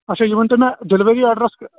اچھا یِہ ؤنۍتَو مےٚ ڈیلیوری ایٚڈرس